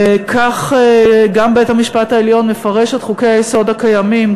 כך גם בית-המשפט העליון מפרש את חוקי-היסוד הקיימים,